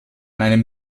seinem